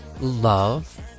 love